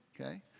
okay